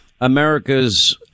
America's